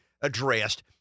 addressed